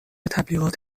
تبلیغات